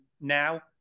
now